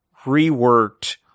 reworked